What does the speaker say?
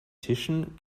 tischen